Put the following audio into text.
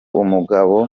umugabo